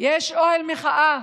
יש אוהל מחאה,